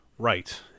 Right